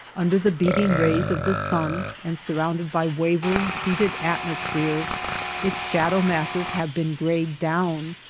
under the beating rays of the sun and surrounded by wavering heated atmosphere its shadow masses have been grayed down,